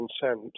consent